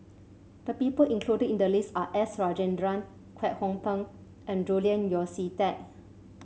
the people included in the list are S Rajendran Kwek Hong Png and Julian Yeo See Teck